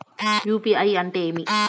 UPI అంటే ఏమి?